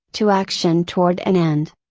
to action toward an end.